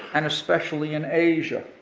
and especially in asia.